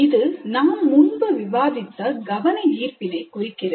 இது நாம் முன்பு விவாதித்த கவனஈர்ப்பினை குறிக்கிறது